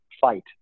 fight